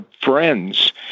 friends